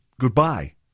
goodbye